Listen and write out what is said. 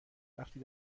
وقتی